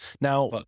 Now